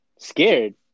Scared